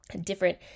different